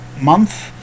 month